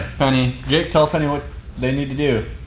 penny. jayke, tell penny what they need to do.